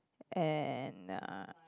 and uh